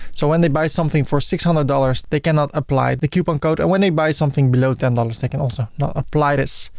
so when they buy something for six hundred dollars, they cannot apply the coupon code and when they buy something below ten dollars, they can also not apply this.